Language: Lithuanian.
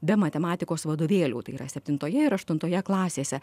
be matematikos vadovėlių tai yra septintoje ir aštuntoje klasėse